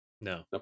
No